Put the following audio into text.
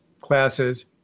classes